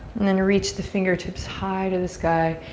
then reach the fingertips high to the sky.